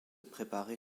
préparer